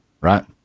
right